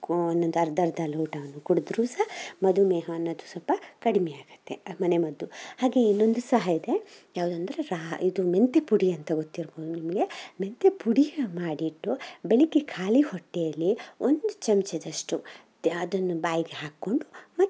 ಕು ಒನ್ನೊಂದು ಅರ್ಧ ಅರ್ಧ ಲೋಟವನ್ನು ಕುಡಿದರೂ ಸ ಮಧುಮೇಹ ಅನ್ನೋದು ಸ್ವಲ್ಪ ಕಡಿಮೆ ಆಗತ್ತೆ ಮನೆಮದ್ದು ಹಾಗೆ ಇನ್ನೊಂದು ಸಹ ಇದೆ ಯಾವ್ದಂದರೆ ರಾ ಇದು ಮೆಂತ್ಯ ಪುಡಿ ಅಂತ ಗೊತ್ತಿರ್ಬೋದು ನಿಮಗೆ ಮೆಂತ್ಯ ಪುಡಿನ ಮಾಡಿಟ್ಟು ಬೆಳಗ್ಗೆ ಖಾಲಿ ಹೊಟ್ಟೆಯಲ್ಲಿ ಒಂದು ಚಮ್ಚದಷ್ಟು ಅದನ್ನ ಬಾಯಿಗೆ ಹಾಕೊಂಡು ಮತ್ತೆ